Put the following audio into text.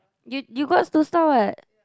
you you got two star [what]